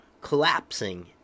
collapsing